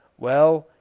well,